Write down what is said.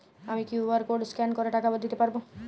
আমি QR code scan করে টাকা দিতে পারবো?